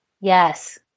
Yes